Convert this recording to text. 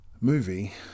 movie